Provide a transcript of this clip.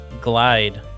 glide